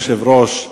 אדוני היושב-ראש,